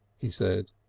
he said,